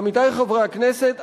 עמיתי חברי הכנסת,